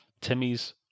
Timmy's